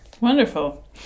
Wonderful